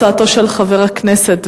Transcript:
זו הצעתו של חבר הכנסת,